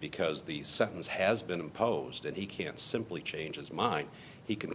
because the sentence has been imposed and he can't simply change his mind he can